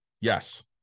yes